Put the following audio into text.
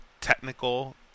technical